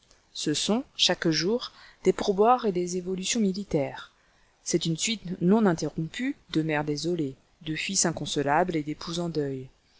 ce sont chaque jour des pour boire et des évolutions militaires c'est une suite non interrompue de mères désolées de fils inconsolables et d'épouses en deuil